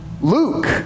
Luke